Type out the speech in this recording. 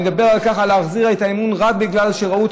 ואני מדבר על להחזיר את האמון רק בגלל שראו את